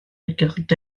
regardent